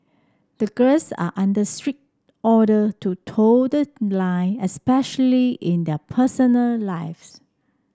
the girls are under strict order to toe the line especially in their personal lives